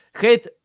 Hate